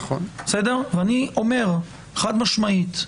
אני אומר חד-משמעית,